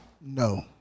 No